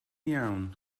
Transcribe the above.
iawn